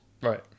Right